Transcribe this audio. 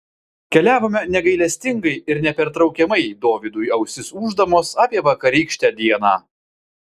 keliavome negailestingai ir nepertraukiamai dovydui ausis ūždamos apie vakarykštę dieną